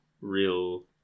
real